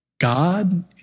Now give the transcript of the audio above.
God